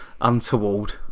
untoward